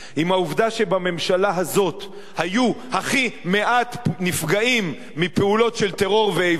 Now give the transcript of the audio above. עם העובדה שבממשלה הזאת היו הכי מעט נפגעים מפעולות של טרור ואיבה,